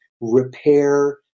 repair